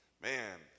man